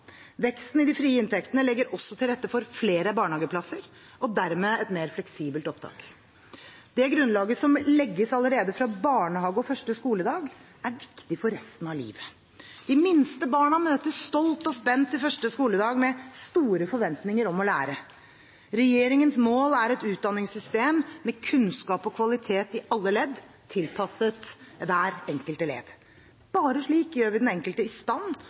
Veksten i de frie inntektene legger også til rette for flere barnehageplasser og dermed et mer fleksibelt opptak. Det grunnlaget som legges allerede fra barnehage og første skoledag, er viktig for resten av livet. De minste barna møter stolte og spente til første skoledag med store forventninger om å lære. Regjeringens mål er et utdanningssystem med kunnskap og kvalitet i alle ledd, tilpasset hver enkelt elev. Bare slik gjør vi den enkelte i stand